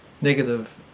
negative